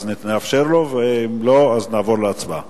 אז נאפשר לו, ואם לא, אז נעבור להצבעה.